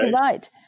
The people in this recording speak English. right